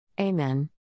Amen